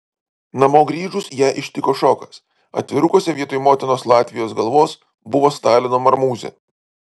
namo grįžus ją ištiko šokas atvirukuose vietoj motinos latvijos galvos buvo stalino marmūzė